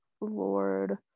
lord